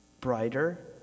brighter